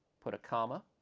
put a comma,